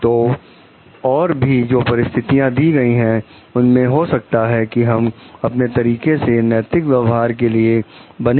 तो और जो भी परिस्थितियां दी गई हैं उनमें हो सकता है कि हम अपने तरीके से नैतिक व्यवहार के लिए बने रहे